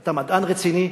אתה מדען רציני.